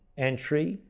entry,